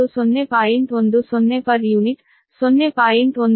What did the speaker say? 10 per unit ಆದ್ದರಿಂದ 0